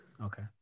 Okay